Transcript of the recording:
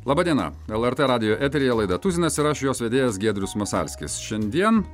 laba diena lrt radijo eteryje laida tuzinas ir aš jos vedėjas giedrius masalskis šiandien